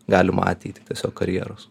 galimą ateitį tiesiog karjeros